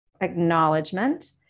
acknowledgement